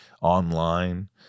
online